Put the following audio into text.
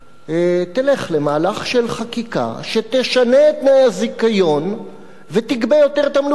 תלך למהלך של חקיקה שתשנה את תנאי הזיכיון ותגבה יותר תמלוגים.